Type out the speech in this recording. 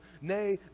Nay